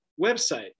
website